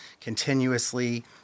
continuously